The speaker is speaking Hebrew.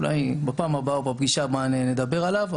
אולי בפעם הבאה בפגישה הבאה נדבר עליו.